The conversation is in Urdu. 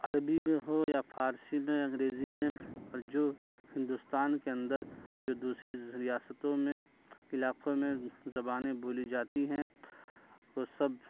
عربی میں ہو یا فارسی میں انگریزی میں اور جو ہندوستان کے اندر جو دوسری ریاستوں میں علاقوں میں زبانیں بولی جاتی ہیں وہ سب